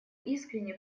искренне